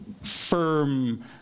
firm